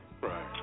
right